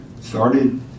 started